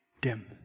dim